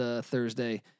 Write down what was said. Thursday